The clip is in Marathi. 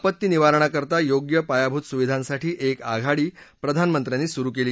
आपत्ती निवारणाकरता योग्य पायाभूत सुविधांसाठी एक आघाडी प्रधानमंत्र्यांनी सुरु केली